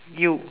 you